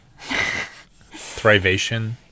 thrivation